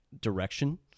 direction